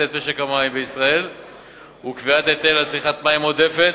את משק המים בישראל הוא קביעת היטל על צריכת מים עודפת.